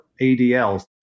ADLs